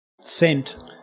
sent